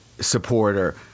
supporter